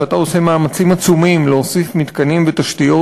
שאתה עושה מאמצים עצומים להוסיף מתקנים ותשתיות,